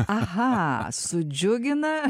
aha su džiugina